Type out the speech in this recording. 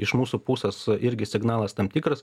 iš mūsų pusės irgi signalas tam tikras